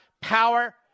power